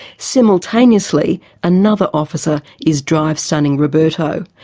simultaneously another officer is drive-stunning roberto.